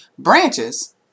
Branches